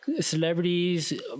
Celebrities